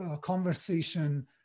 conversation